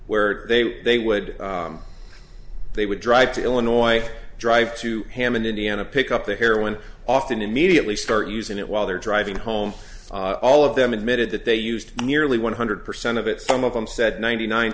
where they were they would they would drive to illinois drive to hammond indiana pick up the heroin off and immediately start using it while they're driving home all of them admitted that they used nearly one hundred percent of it some of them said ninety nine